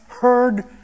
heard